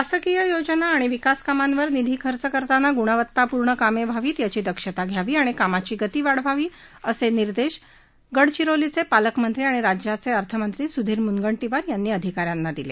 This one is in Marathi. शासकीय योजना आणि विकास कामांवर निधी खर्च करताना गुणवत्तापूर्ण कामे व्हावीत याची दक्षता घ्यावी आणि अधिकाऱ्यांनी कामाची गती वाढवावी असे निर्देश गडचिरोलीचे पालकमंत्री आणि राज्याचे अर्थ मंत्री सुधीर मुनगंटीवार यांनी दिले